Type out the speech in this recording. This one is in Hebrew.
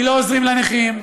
כי לא עוזרים לנכים,